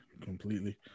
completely